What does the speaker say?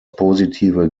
positive